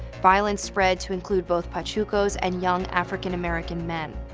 violence spread to include both pachucos and young african-american men.